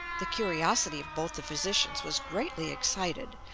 the curiosity of both the physicians was greatly excited.